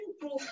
proof